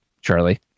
Charlie